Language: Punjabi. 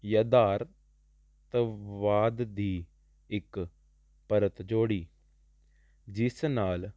ਯਧਾਰਤਵਾਦ ਦੀ ਇੱਕ ਪਰਤ ਜੋੜੀ ਜਿਸ ਨਾਲ